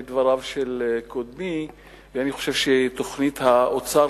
לדבריו של קודמי ואני חושב שתוכנית האוצר